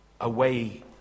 away